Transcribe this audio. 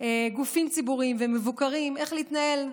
גופים ציבוריים ומבוקרים איך להתנהל,